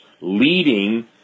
leading